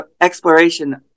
exploration